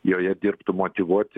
joje dirbtų motyvuoti